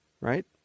Right